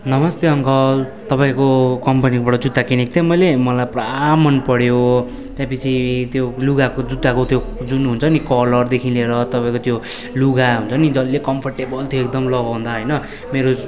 नमस्ते अङ्कल तपाईँको कम्पनीबाट जुत्ता किनेको थिएँ मैले मलाई पुरा मन पऱ्यो त्यहाँपिच्छे त्यो लुगाको जुत्ताको त्यो जुन हुन्छ नि कलरदेखि लिएर तपाईँको त्यो लुगा हुन्छ नि डल्लै कम्फोर्टेबल थियो एकदमै लगाउँदा होइन